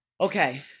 Okay